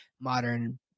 modern